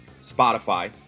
Spotify